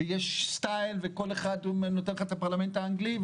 יש סטייל, ואתם מכירים את הפרלמנט האנגלי.